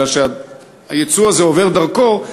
כי הייצוא הזה עובר דרכו,